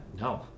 No